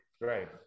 Right